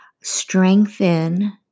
strengthen